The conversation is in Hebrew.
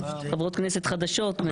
חברות כנסת חדשות.